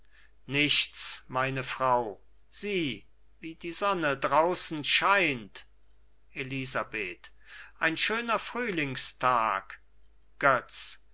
nichts meine frau sieh wie die sonne draußen scheint elisabeth ein schöner frühlingstag götz